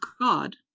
God